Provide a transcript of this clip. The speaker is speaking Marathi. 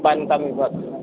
बांधकाम विभाग